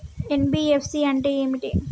NBFC అంటే ఏమిటి?